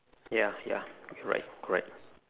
ya ya correct correct